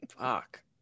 fuck